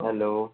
hello